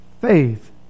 faith